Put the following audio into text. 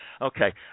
Okay